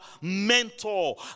mentor